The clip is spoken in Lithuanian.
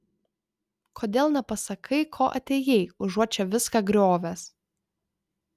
kodėl nepasakai ko atėjai užuot čia viską griovęs